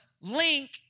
link